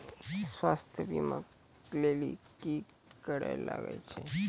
स्वास्थ्य बीमा के लेली की करे लागे छै?